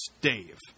Dave